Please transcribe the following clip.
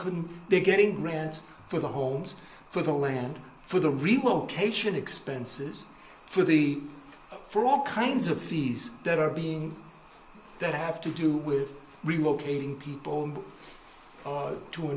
couldn't they get a grant for the homes for the land for the relocation expenses for the for all kinds of fees that are being that have to do with relocating people to a